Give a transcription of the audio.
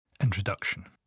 Introduction